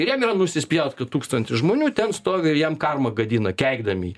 ir jam yra nusispjaut kad tūkstantis žmonių ten stovi ir jam karmą gadina keikdami